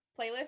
playlist